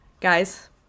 Guys